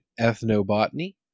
ethnobotany